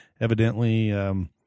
evidently –